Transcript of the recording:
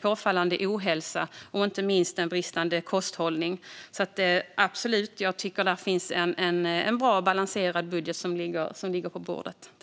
påfallande ohälsa och inte minst bristande kosthållning. Jag tycker absolut att det är en bra och balanserad budget som ligger på bordet.